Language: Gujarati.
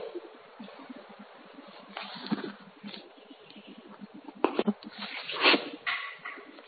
તમે તે માહિતી દ્રષ્ટાન્ત સાથે જણાવી શકો